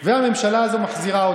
במדיניות?